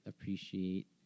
appreciate